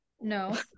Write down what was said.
No